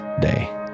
day